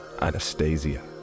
Anastasia